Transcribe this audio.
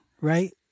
Right